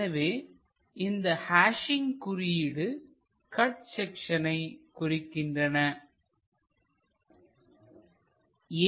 எனவே இந்த ஹஷிங் குறியீடு கட் செக்சனை குறிக்கின்றன